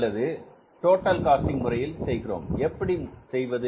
அல்லது total costing முறையில் செய்கிறோம் எப்படி செய்வது